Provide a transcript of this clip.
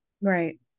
right